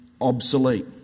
obsolete